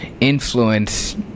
influence